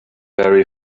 very